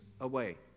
away